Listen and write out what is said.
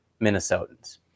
Minnesotans